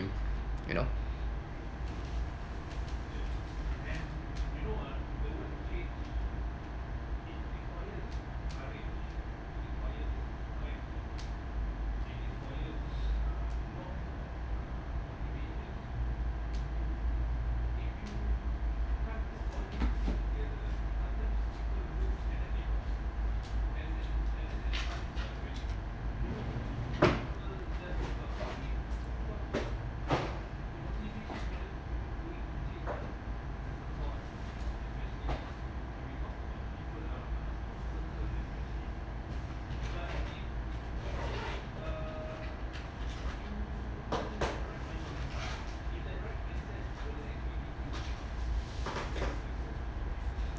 you know